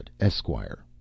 Esquire